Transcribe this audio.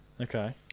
Okay